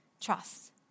trust